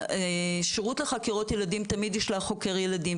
הזה השירות לחקירות ילדים תמיד ישלח חוקר ילדים,